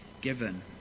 given